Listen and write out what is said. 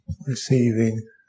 receiving